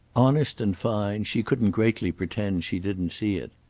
honest and fine, she couldn't greatly pretend she didn't see it.